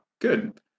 good